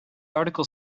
article